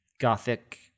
Gothic